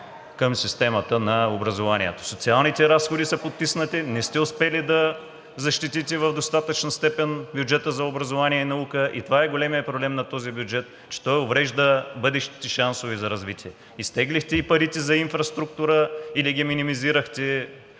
към системата на образованието – социалните разходи са потиснати, не сте успели да защитите в достатъчна степен бюджета за образование и наука и това е големият проблем на този бюджет, че той уврежда бъдещите шансове за развитие. Изтеглихте и парите за инфраструктура или ги минимизирахте